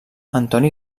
antoni